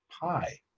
pi